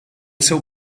seu